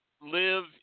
live